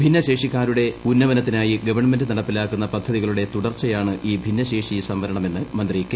ഭിന്നശേഷിക്കാരുടെ ഉന്നമനത്തിനായി ഗവൺമെന്റ് നടപ്പിലാക്കുന്നപദ്ധതികളുടെ തുടർച്ചയാണ് ഈ ഭിന്നശേഷിസംവരണമെന്ന് മന്ത്രി കെ